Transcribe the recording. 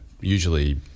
usually